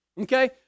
okay